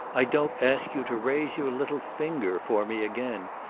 i don't ask you to raise your little finger for me again,